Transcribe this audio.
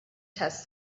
test